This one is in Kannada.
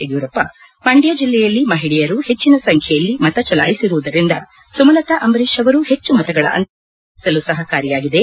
ಯಡಿಯೂರಪ್ಪ ಮಂಡ್ಲ ಜಿಲ್ಲೆಯಲ್ಲಿ ಮಹಿಳೆಯರು ಹೆಚ್ಚನ ಸಂಬ್ಲೆಯಲ್ಲಿ ಮತ ಚಲಾಯಿಸಿರುವುದರಿಂದ ಸುಮಲತಾ ಅಂಬರೀಶ್ ಅವರು ಹೆಚ್ಚು ಮತಗಳ ಅಂತರದಿಂದ ಗೆಲುವು ಸಾಧಿಸಲು ಸಹಕಾರಿಯಾಗಿದೆ